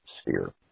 sphere